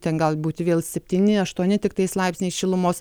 ten gali būti vėl septyni aštuoni tiktais laipsniai šilumos